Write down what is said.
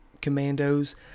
commandos